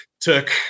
took